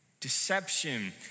Deception